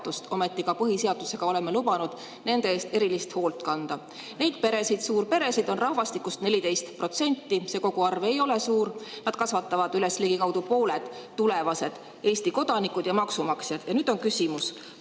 Ometi ka põhiseaduses oleme lubanud nende eest erilist hoolt kanda. Neid peresid, suurperesid on rahvastikust 14%. See koguarv ei ole suur. Nad kasvatavad üles ligikaudu pooled tulevased Eesti kodanikud ja maksumaksjad. Nüüd on küsimus.